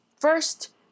First